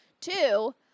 two